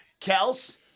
Kels